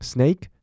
Snake